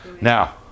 now